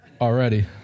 already